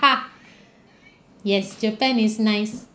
yes japan is nice